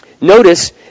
Notice